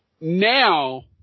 now